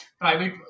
Private